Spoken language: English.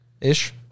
Ish